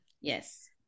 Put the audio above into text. yes